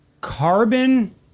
Carbon